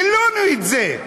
גילינו את זה.